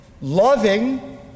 loving